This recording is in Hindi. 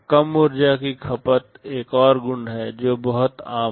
कम ऊर्जा की खपत एक और गुण है जो बहुत आम है